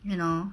you know